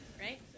Right